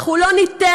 אנחנו לא ניתן,